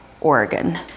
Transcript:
Oregon